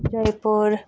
Jaipur